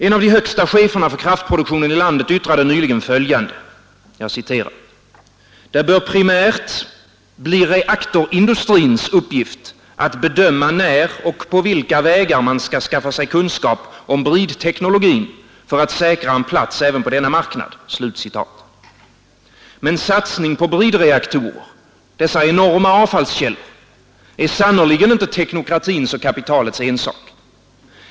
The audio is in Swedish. En av de högsta cheferna för kraftproduktionen i landet yttrade nyligen följande: ”Det bör primärt bli uppgift att bedöma när och på vilka vägar man skall skaffa sig kunskap om bridteknologin för att säkra en plats även på denna marknad.” Men satsning på bridreaktorer — dessa enorma avfallskällor — är sannerligen inte teknokratins och kapitalets ensak.